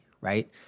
right